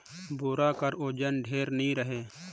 बोरा कर ओजन ढेर नी रहें